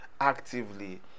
actively